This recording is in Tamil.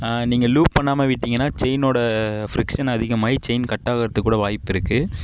நீங்கள் லூப் பண்ணாமல் விட்டிங்கனால் செயினோட ஃபிரிக்ஷன் அதிகமாகி கட்டாகிறதுக்கு கூட வாய்ப்பிருக்கு